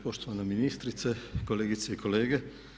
Poštovana ministrice, kolegice i kolege.